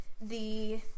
the-